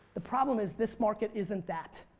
the problem is this market isn't that.